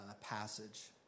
passage